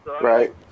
Right